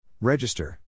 register